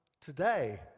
today